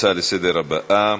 הצעה לסדר-היום הבאה: